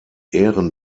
ehren